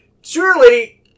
Surely